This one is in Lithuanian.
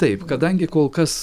taip kadangi kol kas